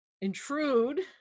intrude